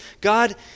God